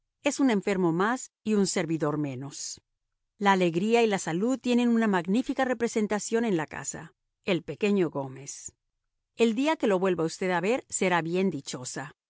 es un enfermo más y un servidor menos la alegría y la salud tienen una magnífica representación en la casa el pequeño gómez el día que lo vuelva usted a ver será bien dichosa